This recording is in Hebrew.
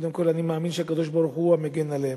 קודם כול אני מאמין שהקדוש-ברוך-הוא מגן עליהם.